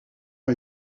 ont